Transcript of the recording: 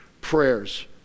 prayers